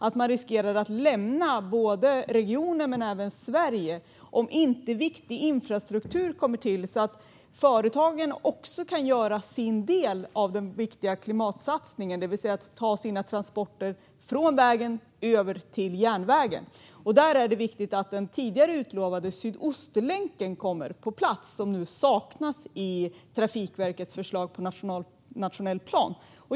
De säger sig se en risk att behöva lämna regionen men även Sverige om viktig infrastruktur inte kommer till så att företagen kan göra sin del i den viktiga klimatsatsningen. De vill kunna ta sina transporter från vägen och gå över till järnvägen. Det är därför viktigt att den tidigare utlovade Sydostlänken kommer på plats. Den saknas nu i Trafikverkets förslag till nationell plan.